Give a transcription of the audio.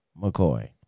McCoy